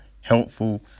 helpful